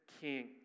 king